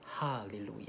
Hallelujah